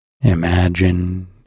imagine